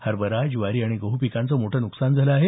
हरभरा ज्वारी आणि गहू पिकाचं मोठं नुकसान झालं आहे